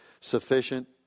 sufficient